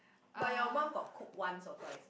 but your mum got cook once or twice